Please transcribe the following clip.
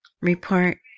report